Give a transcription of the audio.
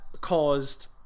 caused